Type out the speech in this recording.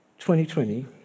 2020